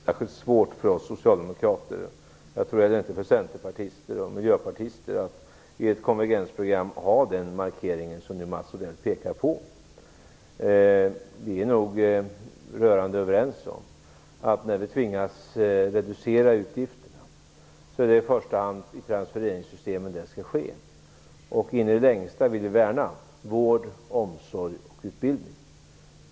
Fru talman! Det har inte varit särskilt svårt för oss socialdemokrater, och efter vad jag tror inte heller för centerpartister eller miljöpartister, att i ett konvergensprogram ha den markering som Mats Odell pekar på. Vi är nog rörande överens om att när vi tvingas reducera utgifterna är det i första hand i transfereringsystemen som det skall ske. In i det längsta vill vi värna vård, omsorg och utbildning.